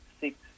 six